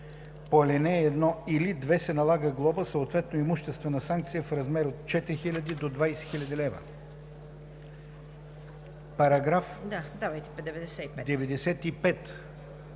по ал. 1 или 2 се налага глоба, съответно имуществена санкция, в размер от 4000 до 20 000 лв.“ По § 95